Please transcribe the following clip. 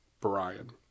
Brian